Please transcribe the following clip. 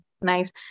Nice